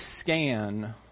scan